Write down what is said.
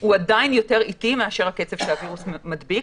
הוא עדיין יותר איטי מאשר הקצב שהווירוס מדביק,